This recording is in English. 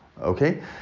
okay